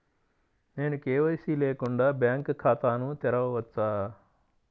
నేను కే.వై.సి లేకుండా బ్యాంక్ ఖాతాను తెరవవచ్చా?